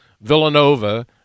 Villanova